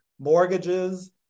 Mortgages